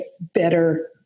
better